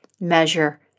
measure